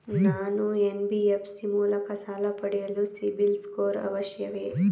ನಾನು ಎನ್.ಬಿ.ಎಫ್.ಸಿ ಮೂಲಕ ಸಾಲ ಪಡೆಯಲು ಸಿಬಿಲ್ ಸ್ಕೋರ್ ಅವಶ್ಯವೇ?